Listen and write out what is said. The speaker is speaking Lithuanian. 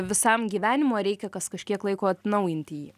visam gyvenimui ar reikia kas kažkiek laiko atnaujinti jį